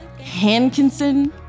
Hankinson